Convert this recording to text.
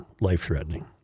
life-threatening